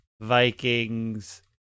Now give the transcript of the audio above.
Vikings